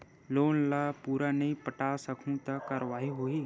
Loan ला पूरा नई पटा सकहुं का कारवाही होही?